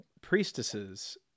priestesses